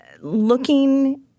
looking